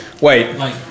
Wait